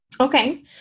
okay